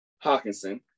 Hawkinson